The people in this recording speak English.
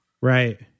Right